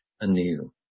anew